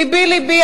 לבי לבי,